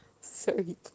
Sorry